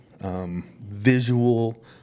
Visual